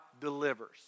delivers